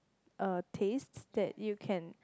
a taste that you can